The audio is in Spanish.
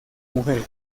mujeres